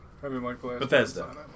Bethesda